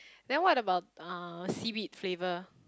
then what about uh seaweed flavour